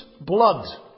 blood